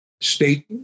state